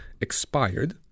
expired